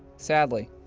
sadly,